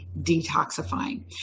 detoxifying